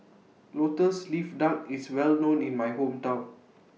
Lotus Leaf Duck IS Well known in My Hometown